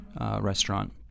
restaurant